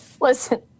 Listen